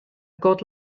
got